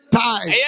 time